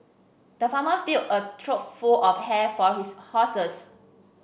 the farmer filled a trough full of hay for his horses